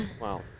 Wow